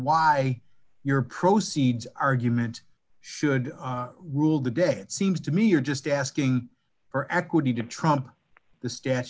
why you're proceeds argument should rule the day it seems to me you're just asking for equity to trump the statu